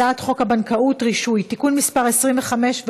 אין מתנגדים,